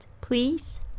please